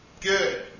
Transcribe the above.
Good